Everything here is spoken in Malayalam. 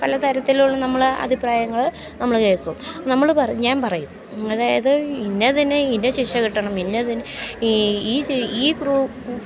പല തരത്തിലുള്ള നമ്മൾ അഭിപ്രായങ്ങൾ നമ്മൾ കേൾക്കും നമ്മൾ പറഞ്ഞാൾ ഞാൻ പറയും അതായത് ഇന്നതിൻ്റെ ഇന്ന ശിക്ഷ കിട്ടണം ഇന്നതിന് ഈ ഈ